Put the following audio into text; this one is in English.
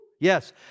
Yes